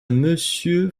monsieur